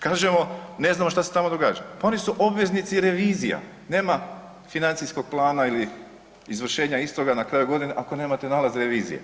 Kažemo, ne znamo šta se tamo događa, pa oni su obveznici revizija, nema financijskog plana ili izvršenja istoga na kraju godine ako nemate nalaz revizije.